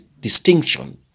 distinction